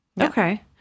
Okay